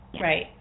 right